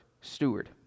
steward